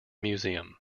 museum